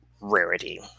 rarity